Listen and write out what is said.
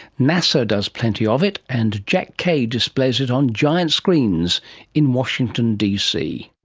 nasa does plenty of it, and jack kaye displays it on giant screens in washington dc.